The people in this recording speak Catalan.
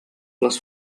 les